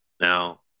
now